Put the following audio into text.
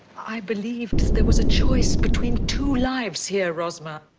i believed there was a choice between two lives here, rosmer.